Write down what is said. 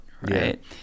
right